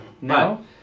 No